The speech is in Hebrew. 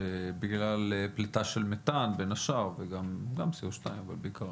שבגלל פליטה של מתאן בין השאר וגם C02 אבל בעיקר